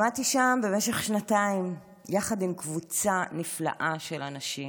למדתי שם במשך שנתיים יחד עם קבוצה נפלאה של אנשים,